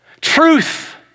Truth